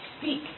speak